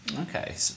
Okay